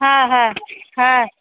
হ্যাঁ হ্যাঁ হ্যাঁ